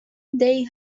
they